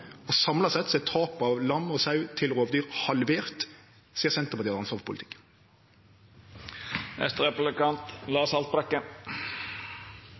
Samla sett er tapet av lam og sau til rovdyr halvert sidan Senterpartiet